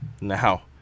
Now